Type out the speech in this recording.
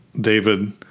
David